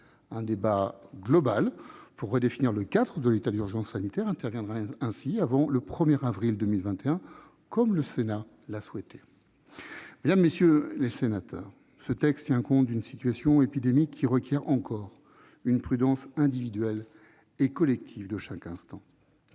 Un débat global pour redéfinir le cadre de l'état d'urgence sanitaire interviendra ainsi avant le 1 avril 2021, comme le Sénat l'a souhaité. Mesdames, messieurs les sénateurs, ce texte tient compte d'une situation épidémique qui requiert encore une prudence individuelle et collective de chaque instant.